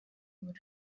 burayi